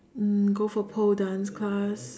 um go for pole dance class